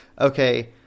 Okay